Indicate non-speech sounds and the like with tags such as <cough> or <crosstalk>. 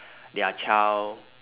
<noise> their child